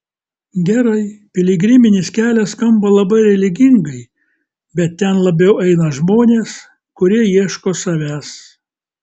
gerai piligriminis kelias skamba labai religingai bet ten labiau eina žmonės kurie ieško savęs